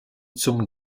zum